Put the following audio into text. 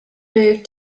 moved